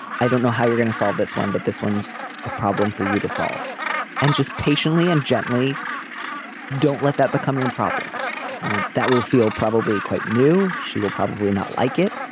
i don't know how you're going to solve this one but this one's a problem for you to solve and just patiently and gently don't let that become your problem that will feel probably quite new. she will probably not like it.